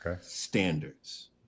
standards